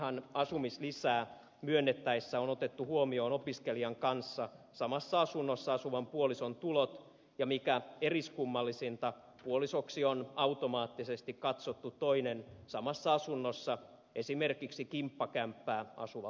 aiemminhan asumislisää myönnettäessä on otettu huomioon opiskelijan kanssa samassa asunnossa asuvan puolison tulot ja mikä eriskummallisinta puolisoksi on automaattisesti katsottu toinen samassa asunnossa esimerkiksi kimppakämppää asuva opiskelukaveri